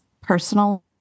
personal